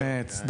באמת,